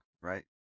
right